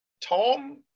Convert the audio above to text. Tom